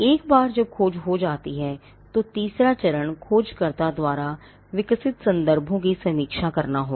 एक बार जब खोज हो जाती है तो तीसरा चरण खोजकर्ता द्वारा विकसित संदर्भों की समीक्षा करना होगा